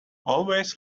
always